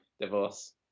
Divorce